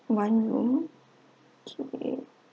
one room okay